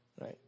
right